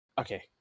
Okay